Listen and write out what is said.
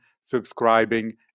subscribing